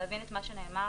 להבין את מה שנאמר,